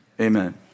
amen